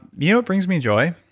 you know what brings me joy?